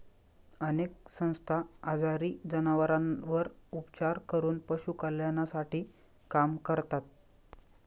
अनेक संस्था आजारी जनावरांवर उपचार करून पशु कल्याणासाठी काम करतात